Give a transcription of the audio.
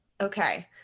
Okay